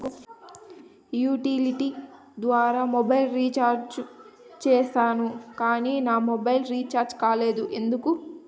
Utility ద్వారా mobile recharge సేసాను కానీ నా మొబైల్ రీచార్జి కాలేదు ఎందుకు?